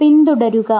പിന്തുടരുക